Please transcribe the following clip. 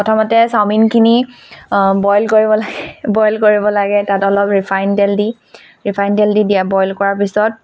প্ৰথমতে চাওমিনখিনি বইল কৰিব লাগে বইল কৰিব লাগে তাত অলপ ৰিফাইন তেল দি ৰিফাইন তেল দি দিয়ে বইল কৰাৰ পিছত